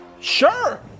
Sure